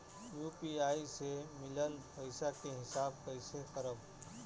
UPI से मिलल पईसा के हिसाब कइसे करब?